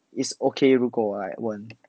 is okay 如果 like 问